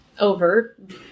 overt